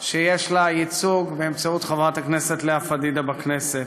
שיש לה ייצוג באמצעות חברת הכנסת לאה פדידה בכנסת.